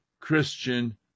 Christian